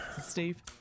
Steve